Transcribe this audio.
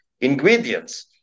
ingredients